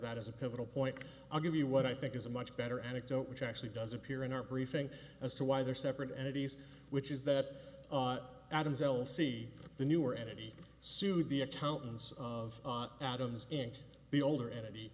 that as a pivotal point i'll give you what i think is a much better anecdote which actually does appear in our briefing as to why they're separate entities which is that adams will see the newer entity sued the accountants of atoms in the older entity